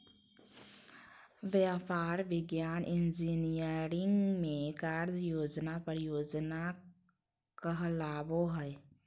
व्यापार, विज्ञान, इंजीनियरिंग में कार्य योजना परियोजना कहलाबो हइ